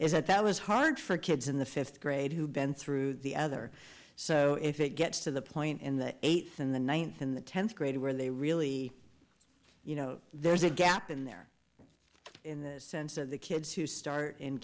is that that was hard for kids in the fifth grade who'd been through the other so if it gets to the point in the eighth in the ninth in the tenth grade where they really you know there's a gap in there in the sense that the kids who start in